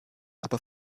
aber